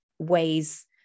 Ways